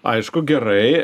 aišku gerai